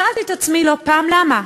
שאלתי את עצמי לא פעם: למה?